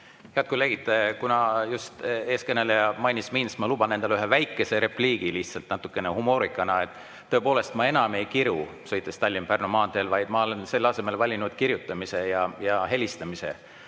Head kolleegid! Kuna just eelkõneleja mainis mind, siis ma lihtsalt luban endale ühe väikese repliigi, natukene humoorika. Tõepoolest, ma enam ei kiru, sõites Tallinna–Pärnu maanteel, vaid ma olen selle asemel valinud kirjutamise ja helistamise.